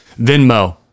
Venmo